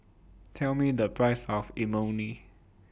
Tell Me The Price of Imoni